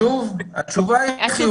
התשובה היא חיובית,